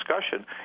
discussion